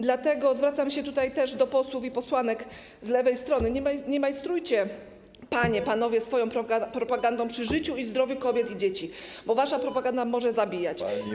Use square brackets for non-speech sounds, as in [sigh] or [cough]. Dlatego zwracam się też do posłów i posłanek z lewej strony, nie majstrujcie panie, panowie [noise] swoją propagandą przy życiu i zdrowiu kobiet i dzieci, bo wasza propaganda może zabijać.